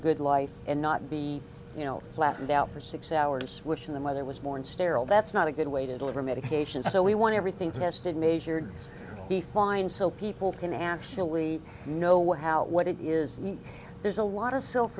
good life and not be you know flattened out for six hours switching the mother was born sterile that's not a good way to deliver medication so we want everything tested measured to be fine so people can actually know what how it what it is there's a lot